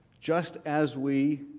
just as we